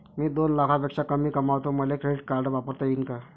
मी दोन लाखापेक्षा कमी कमावतो, मले क्रेडिट कार्ड वापरता येईन का?